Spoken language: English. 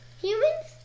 humans